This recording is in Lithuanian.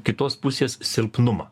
kitos pusės silpnumą